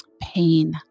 pain